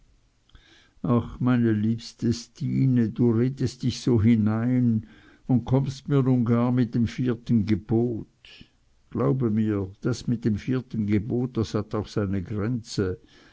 ach meine liebste stine du redest dich so hinein und kommst mir nun gar mit dem vierten gebot glaube mir das mit dem vierten gebot das hat auch seine grenze